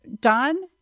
done